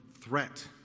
threat